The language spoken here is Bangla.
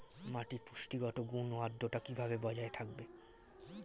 মাটির পুষ্টিগত গুণ ও আদ্রতা কিভাবে বজায় থাকবে?